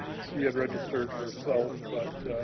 she had registered herself, but